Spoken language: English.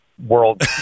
world